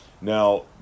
now